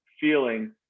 feeling